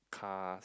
cars